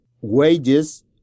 wages